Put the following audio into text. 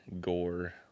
gore